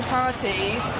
parties